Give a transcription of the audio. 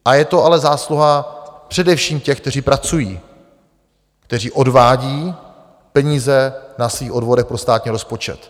A je to ale zásluha především těch, kteří pracují, kteří odvádí peníze na svých odvodech pro státní rozpočet.